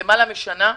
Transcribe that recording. למעלה משנה,